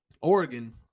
oregon